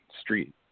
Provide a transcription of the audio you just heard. street